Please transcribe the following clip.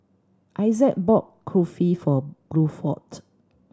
Issac bought Kulfi for Bluford